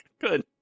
good